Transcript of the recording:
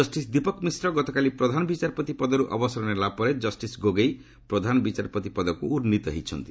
justice Dipak Misra ଗତକାଲି ପ୍ରଧାନବିଚାରପତି ପଦରୁ ଅବସର ନେଲା ପରେ କଷ୍ଟିସ୍ ଗୋଗେଇ ପ୍ରଧାନ ବିଚାରପତି ପଦକୁ ଉନ୍ନିତ ହୋଇଛନ୍ତି